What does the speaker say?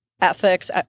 ethics